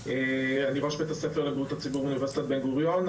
אני גם ראש בית הספר לבריאות הציבור באוניברסיטת בן גוריון.